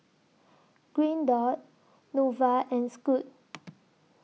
Green Dot Nova and Scoot